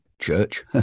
church